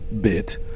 bit